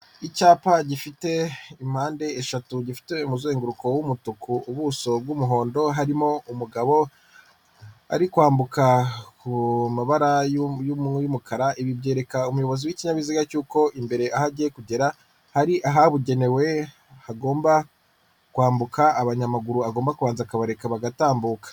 Icyapa gifite impande eshatu gifite umuzenguruko w'umutuku ubuso bw'umuhondo harimo umugabo ari kwambuka ku mabara y'umukara, ibi byekana umuyobozi w'ikinyabiziga cy'uko imbere aho agiye kugera hari ahabugenewe hagomba kwambuka abanyamaguru agomba kubanza akabareka bagatambuka.